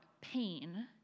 pain